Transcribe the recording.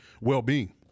well-being